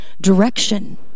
direction